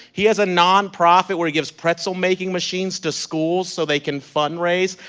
he has a non-profit where he gives pretzel-making machines to schools so they can fundraise.